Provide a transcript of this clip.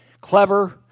clever